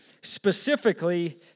Specifically